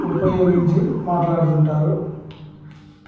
ఉపయోగించి మాట్లాడుతుంటారు